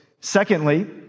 Secondly